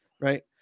right